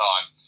time